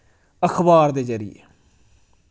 अखबार दे जरिये